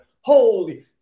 Holy